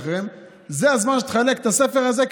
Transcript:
זה הזמן שתחלק את הספר הזה,